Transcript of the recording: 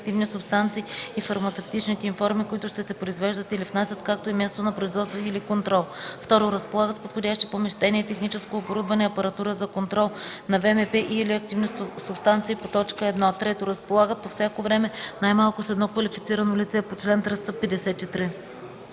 активни субстанции и фармацевтичните им форми, които ще се произвеждат или внасят, както и мястото на производство и/или контрол; 2. разполагат с подходящи помещения, техническо оборудване и апаратура за контрол на ВМП и/или активни субстанции по т. 1; 3. разполагат по всяко време най-малко с едно квалифицирано лице по чл. 353.”